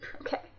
okay